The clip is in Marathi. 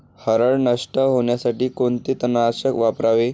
हरळ नष्ट होण्यासाठी कोणते तणनाशक वापरावे?